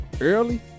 early